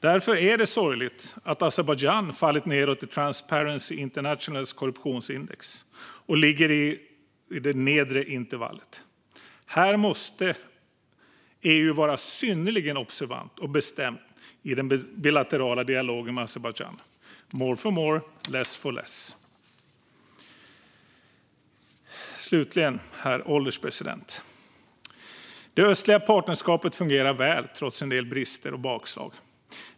Därför är det sorgligt att Azerbajdzjan fallit nedåt i Transparency Internationals korruptionsindex och ligger i det nedre intervallet. Här måste EU vara synnerligen observant och bestämd i den bilaterala dialogen med Azerbajdzjan - more for more, less for less. Herr ålderspresident! Slutligen: Det östliga partnerskapet fungerar väl trots en del brister och bakslag.